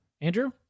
Andrew